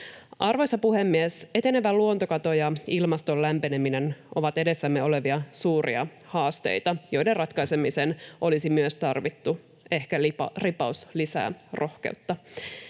Arvoisa puhemies! Etenevä luontokato ja ilmaston lämpeneminen ovat edessämme olevia suuria haasteita, joiden ratkaisemiseen olisi myös tarvittu ehkä ripaus lisää rohkeutta.